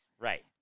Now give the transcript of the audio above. Right